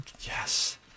Yes